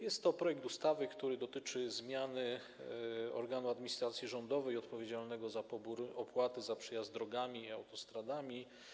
Jest to projekt ustawy, który dotyczy zmiany organu administracji rządowej odpowiedzialnego za pobór opłaty za przejazd drogami i autostradami.